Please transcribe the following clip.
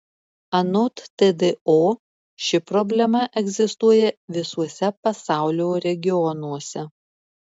anot tdo ši problema egzistuoja visuose pasaulio regionuose